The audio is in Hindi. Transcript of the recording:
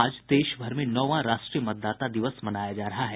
आज देशभर में नौवां राष्ट्रीय मतदाता दिवस मनाया जा रहा है